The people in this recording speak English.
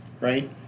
right